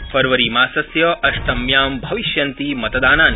फरवरीमासस्य अष्टम्यां भविष्यन्ति मतदानानि